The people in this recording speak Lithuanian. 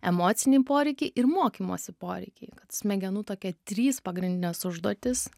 emociniai poreikiai ir mokymosi poreikiai smegenų tokia trys pagrindinės užduotys